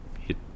hit